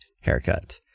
haircut